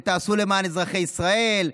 תעשו למען אזרחי ישראל,